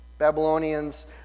Babylonians